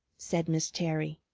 said miss terry.